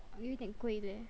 I mean 很贵 leh